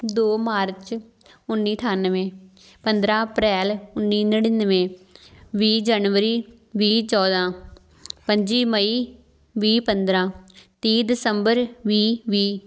ਦੋ ਮਾਰਚ ਉੱਨੀ ਅਠੱਨਵੇਂ ਪੰਦਰਾਂ ਅਪ੍ਰੈਲ ਉੱਨੀ ਨੜਿੱਨਵੇਂ ਵੀਹ ਜਨਵਰੀ ਵੀਹ ਚੌਦਾਂ ਪੱਚੀ ਮਈ ਵੀਹ ਪੰਦਰਾਂ ਤੀਹ ਦਸੰਬਰ ਵੀਹ ਵੀਹ